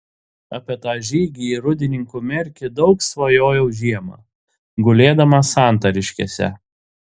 apie tą žygį į rūdninkų merkį daug svajojau žiemą gulėdamas santariškėse